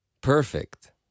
Perfect